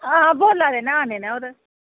हां बोला दे न आने न होर